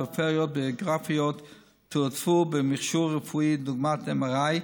הפריפריות הגיאוגרפיות תועדפו במכשור רפואי דוגמת MRI,